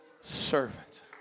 servant